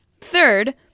third